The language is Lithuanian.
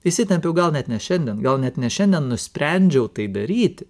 įsitempiau gal net ne šiandien gal net ne šiandien nusprendžiau tai daryti